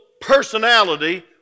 personality